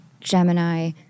Gemini